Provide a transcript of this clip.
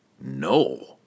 No